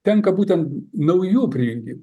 tenka būtent naujų prijungi